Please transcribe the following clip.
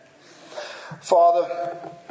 Father